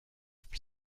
for